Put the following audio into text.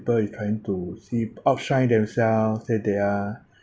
people is trying to see outshine themselves say they are